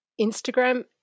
Instagram